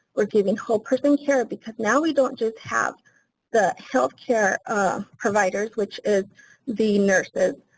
we're giving whole person care because now we don't just have the health care providers which is the nurses,